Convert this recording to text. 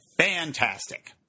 fantastic